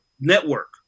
Network